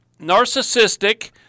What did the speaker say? narcissistic